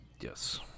yes